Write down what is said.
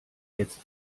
jetzt